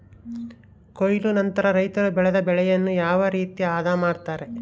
ಕೊಯ್ಲು ನಂತರ ರೈತರು ಬೆಳೆದ ಬೆಳೆಯನ್ನು ಯಾವ ರೇತಿ ಆದ ಮಾಡ್ತಾರೆ?